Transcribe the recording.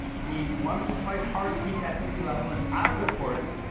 he wanted to fight hard to keep snc-lavalin out of the courts,